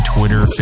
Twitter